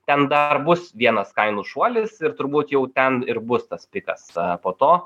ten dar bus vienas kainų šuolis ir turbūt jau ten ir bus tas pikas po to